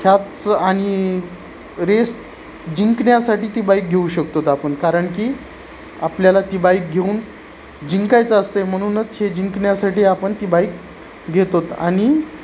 ह्याच आणि रेस जिंकण्यासाठी ती बाईक घेऊ शकतो आपण कारण की आपल्याला ती बाईक घेऊन जिंकायचं असते म्हणूनच हे जिंकण्यासाठी आपण ती बाईक घेतो आणि